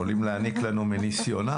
יכולים להעניק לנו מניסיונם.